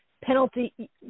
penalty